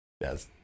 Yes